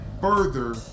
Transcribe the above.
further